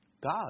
God